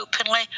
openly